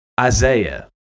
Isaiah